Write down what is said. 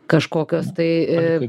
kažkokios tai